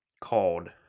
called